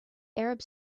arabs